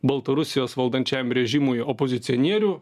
baltarusijos valdančiajam režimui opozicionierių